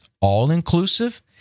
all-inclusive